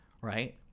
Right